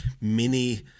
mini